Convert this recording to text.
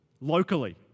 locally